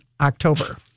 October